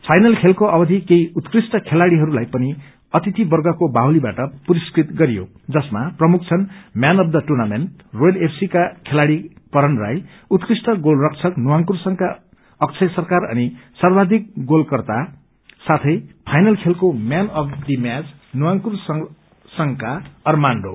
ुइनल चखेलको अवधि केही उउत्कृष्ट खेलाड़ीहरूलाई पनि अतिथिवर्गको बाहुलीबाट पुरस्कृत गरियो जसमा प्रमुख छन् man of the tournament royal FC का खेलाड़ी करण राई ए उत्कृष्ट गोलरक्षक नवांकुर संघका अक्षय सरकार अनि सदाधिक गोलकर्ता साथै फाइनल खेलको man of the match Navankur संघका अर्माण्डो